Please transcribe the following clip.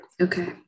Okay